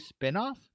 spinoff